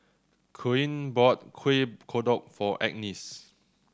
Koen bought Kuih Kodok for Agness